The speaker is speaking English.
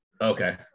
okay